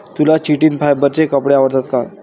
तुला चिटिन फायबरचे कपडे आवडतात का?